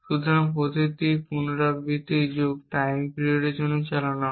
সুতরাং প্রতিটি পুনরাবৃত্তি যুগ TIME PERIOD এর জন্য চালানো হয়